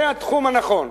זה התחום הנכון.